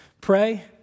pray